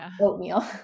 oatmeal